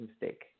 mistake